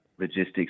logistics